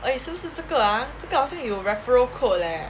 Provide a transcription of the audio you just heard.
!oi! 是不是这个啊这个好像有 referral code leh